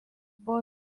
buvo